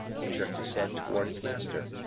he jerked his head toward his master.